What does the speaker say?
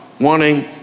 wanting